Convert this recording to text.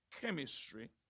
chemistry